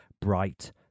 bright